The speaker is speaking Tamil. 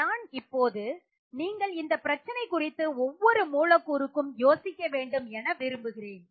நான் இப்போது நீங்கள் இந்த பிரச்சனை குறித்து ஒவ்வொரு மூலக்கூறு க்கும் யோசிக்க வேண்டும் என விரும்புகிறேன்